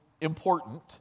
important